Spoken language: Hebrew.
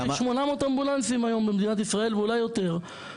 החברות הפרטיות יש 800 אמבולנסים היום במדינת ישראל ואולי יותר,